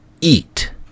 eat